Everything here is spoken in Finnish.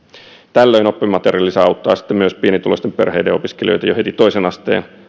tällöin oppimateriaalilisä auttaa myös pienituloisten perheiden opiskelijoita jo heti toisen asteen